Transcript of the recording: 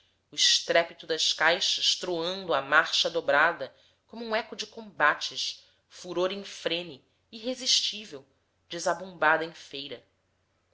o estrépito das caixas troando à marcha dobrada como um eco de combates furor infrene irresistível de zabumbada em feira